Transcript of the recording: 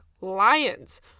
lions